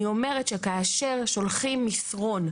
אני אומרת שכאשר שולחים מסרון,